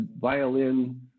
violin